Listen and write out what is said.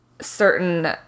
certain